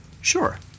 Sure